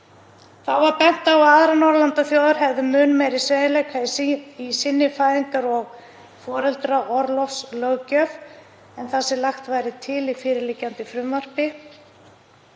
Þá var bent á að aðrar Norðurlandaþjóðir hefðu mun meiri sveigjanleika í sinni fæðingar- og foreldraorlofslöggjöf en það sem lagt væri til í fyrirliggjandi frumvarpi.